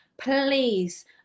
Please